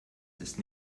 ist